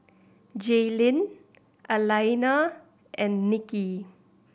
Jalyn Alaina and Nicki